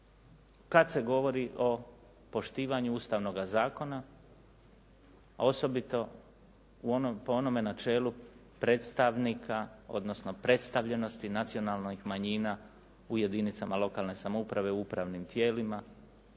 kad se govori o poštivanju Ustavnoga zakona a osobito u onom, po onome načelu predstavnika odnosno predstavljenosti nacionalnih manjina u jedinicama lokalne samouprave, u upravnim tijelima,